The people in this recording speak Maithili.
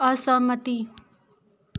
असहमति